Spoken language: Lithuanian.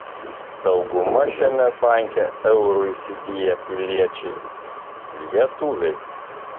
dauguma šiame banke eurų įsigiję piliečiai lietuviai